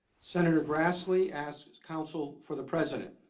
senator grassley asked counsel for the president